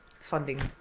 funding